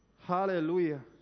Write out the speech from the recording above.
Hallelujah